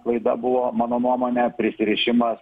klaida buvo mano nuomone prisirišimas